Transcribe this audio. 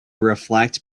reflect